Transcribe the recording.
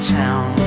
town